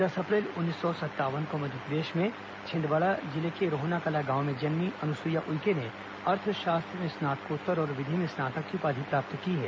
दस अप्रैल उन्नीस सौ संतावन को मध्यप्रदेश में छिंदवाड़ा जिले के रोहनाकला गांव में जन्मी अनुसुईया उइके ने अर्थशास्त्र में स्नातकोत्तर और विधि में स्नातक की उपाधि प्राप्त की है